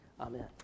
Amen